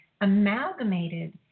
amalgamated